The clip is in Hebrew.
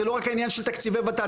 זה לא רק העניין של תקציבי ות"ת,